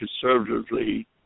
conservatively